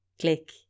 click